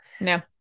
No